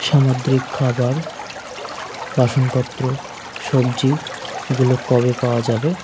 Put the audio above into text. সামদ্রিক খাবার বাসনপত্র সবজিগুলো কবে পাওয়া যাবে